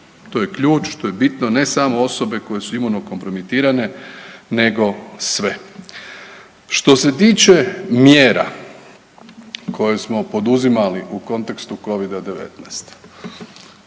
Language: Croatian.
To je ključ, to je bitno ne samo osobe koje su imuno kompromitirane, nego sve. Što se tiče mjera koje smo poduzimali u kontekstu covida 19.